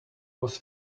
was